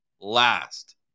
last